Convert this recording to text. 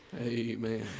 Amen